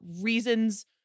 reasons